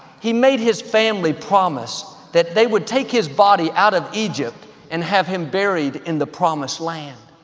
he made his family promise that they would take his body out of egypt and have him buried in the promised land.